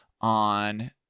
on